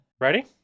Ready